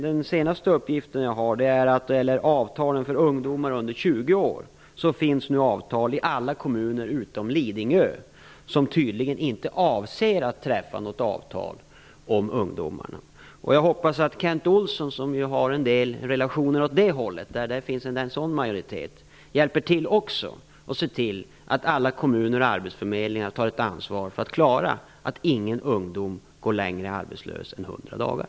Den senaste uppgiften jag har är att det finns avtal för ungdomar under 20 år i alla kommuner utom Lidingö, som tydligen inte avser att träffa något avtal om ungdomarna. Jag hoppas att Kent Olsson, som har en del relationer åt det hållet, också hjälper till och ser till att alla kommuner och arbetsförmedlingar tar ett ansvar för att inga ungdomar går arbetslösa längre än hundra dagar.